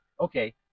Okay